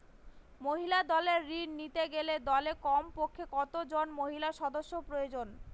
মহিলা দলের ঋণ নিতে গেলে দলে কমপক্ষে কত জন মহিলা সদস্য প্রয়োজন?